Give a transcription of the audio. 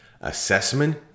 Assessment